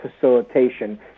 facilitation